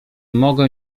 mogę